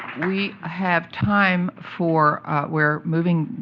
we have time for we're moving,